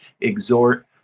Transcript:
exhort